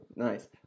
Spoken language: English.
Nice